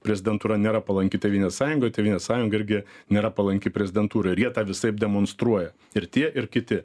prezidentūra nėra palanki tėvynės sąjungai o tėvynės sąjunga irgi nėra palanki prezidentūrai ir jie tą visaip demonstruoja ir tie ir kiti